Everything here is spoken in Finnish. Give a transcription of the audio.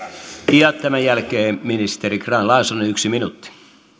ja tämän jälkeen ministeri grahn laasonen yksi minuutti